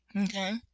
Okay